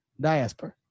Diaspora